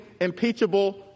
impeachable